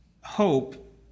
hope